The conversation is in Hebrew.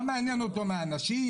מה מעניין אותו מאנשים?